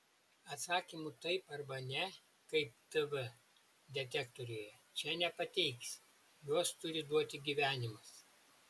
atsakymų taip arba ne kaip tv detektoriuje čia nepateiksi juos turi duoti gyvenimas